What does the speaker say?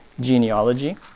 genealogy